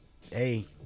Hey